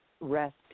rest